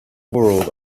world